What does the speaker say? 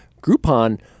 Groupon